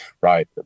right